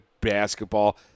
basketball